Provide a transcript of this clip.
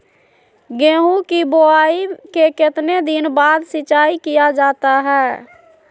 गेंहू की बोआई के कितने दिन बाद सिंचाई किया जाता है?